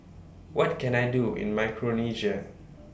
What Can I Do in Micronesia